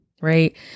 right